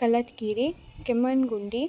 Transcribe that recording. Kallatha Giri Kemmangundi